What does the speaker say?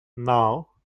now